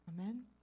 Amen